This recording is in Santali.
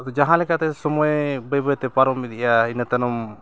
ᱟᱫᱚ ᱡᱟᱦᱟᱸ ᱞᱮᱠᱟᱛᱮ ᱥᱚᱢᱚᱭ ᱵᱟᱹᱭ ᱵᱟᱹᱭᱛᱮ ᱯᱟᱨᱚᱢ ᱤᱫᱤᱜᱼᱟ ᱤᱱᱟᱹ ᱛᱟᱭᱱᱚᱢ